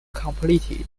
completed